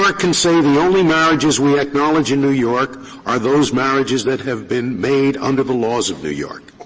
york can say the only marriages we acknowledge in new york are those marriages that have been made under the laws of new york.